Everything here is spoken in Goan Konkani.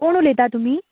कोण उलयता तुमी